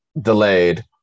delayed